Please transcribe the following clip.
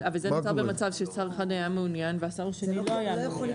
אבל זה נמצא במצב ששר אחד היה מעוניין והשר השני לא היה מעוניין,